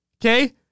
Okay